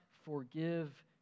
forgive